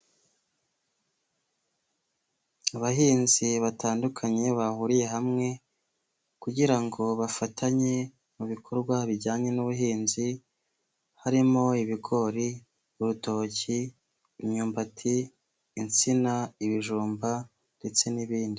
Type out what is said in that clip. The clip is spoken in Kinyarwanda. Abahinzi batandukanye bahuriye hamwe kugirango bafatanye mu bikorwa bijyanye n'ubuhinzi harimo: ibigori, urutoki, imyumbati, insina, ibijumba ndetse n'ibindi.